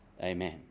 Amen